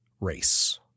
race